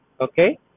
Okay